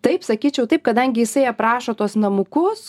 taip sakyčiau taip kadangi jisai aprašo tuos namukus